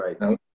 right